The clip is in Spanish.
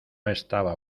estaba